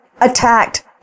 attacked